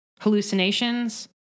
hallucinations